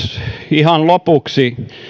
ihan lopuksi